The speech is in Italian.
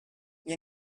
gli